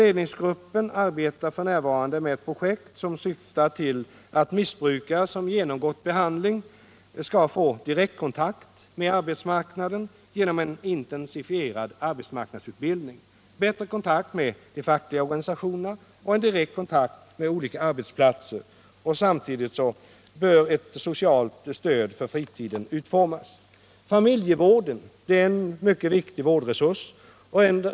Ledningsgruppen arbetar f. n. med projekt som syftar till att missbrukare som genomgått behandling skall få direktkontakt med arbetsmarknaden genom en intensifierad arbetsmarknadsutbildning, genom bättre kontakt med de fackliga organisationerna och direkt kontakt med olika arbetsplatser. Samtidigt bör ett socialt stöd för fritiden utformas. Familjevården är en mycket viktig vårdresurs.